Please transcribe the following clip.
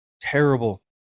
terrible